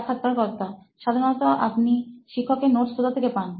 সাক্ষাৎকারকর্তা সাধারণত আপনি শিক্ষক এর নোটস কোথা থেকে পান